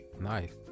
Nice